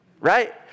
right